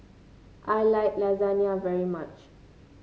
I like Lasagna very much